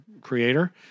creator